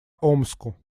омску